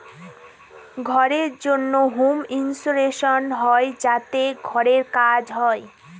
ঘরের জন্য home insurance হয় যাতে ঘরের কাজ হয়